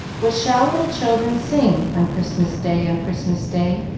what shall little children sing on christmas day, on christmas day?